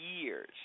years